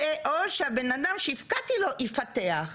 ואו שהבן אדם שהפקעתי לו יפתח.